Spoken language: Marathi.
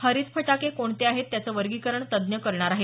हरित फटाके कोणते आहेत त्याचं वर्गीकरण तज्ज्ञ करणार आहेत